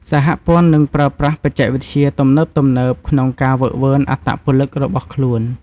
សហព័ន្ធនឹងប្រើប្រាស់បច្ចេកវិទ្យាទំនើបៗក្នុងការហ្វឹកហ្វឺនអត្តពលិករបស់ខ្លួន។